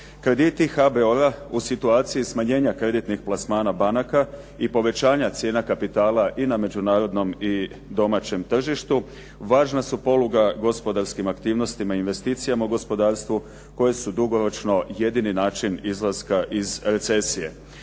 Krediti HBOR-a u situaciji smanjenja kreditnih plasmana banaka i povećanja cijena kapitala i na međunarodnom i domaćem tržištu važna su poluga gospodarskim aktivnostima i investicijama u gospodarstvu koje su dugoročno jedini način izlaska iz recesije.